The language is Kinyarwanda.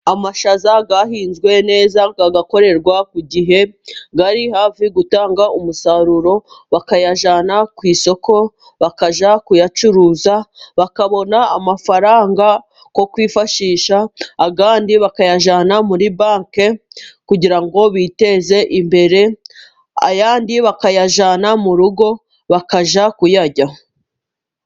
Amashaza yahinzwe neza agakorerwa ku gihe ari hafi gutanga umusaruro, bakayajyana ku isoko bakajya kuyacuruza, bakabona amafaranga yo kwifashisha, ayandi bakayajyana muri banki kugira ngo biteze imbere, ayandi bakayajyana mu rugo bakajya kuyarya.